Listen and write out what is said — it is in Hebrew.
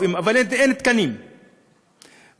לא רק החובה לשרת,